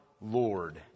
Lord